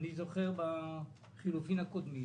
אני וזוכר בחילופין הקודמים,